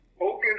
open